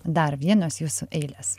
dar vienos jūsų eilės